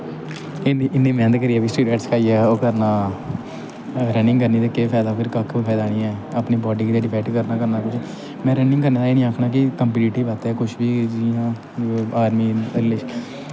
इन्नी इन्नी मैह्नत करियै बी सटिरियड़स खाइयै बी ओह् करना रनिंग करनी ते केह् फैदा फिर कक्ख फैदा निं ऐ अपनी बॉड्डी गी ते डिफैक्ट करना गै करना में रनिंग आस्तै एह् निं आक्खना कि कंपिटिटिब बास्तै कुछ बी जियां आर्मी आह्ले